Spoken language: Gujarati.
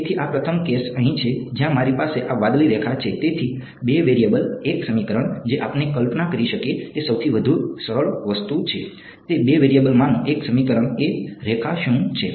તેથી આ પ્રથમ કેસ અહીં છે જ્યાં મારી પાસે આ વાદળી રેખા છે તેથી બે વેરીયબલ એક સમીકરણ જે આપણે કલ્પના કરી શકીએ તે સૌથી સરળ વસ્તુ છે તે બે વેરિયેબલમાંનું એક સમીકરણ એ રેખા શું છે